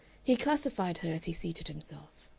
he classified her as he seated himself.